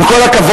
עם כל הכבוד,